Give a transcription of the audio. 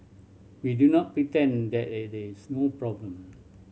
we do not pretend that it is no problem